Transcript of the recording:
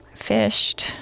Fished